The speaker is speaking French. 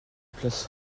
place